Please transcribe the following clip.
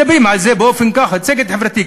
מדברים על צדק חברתי,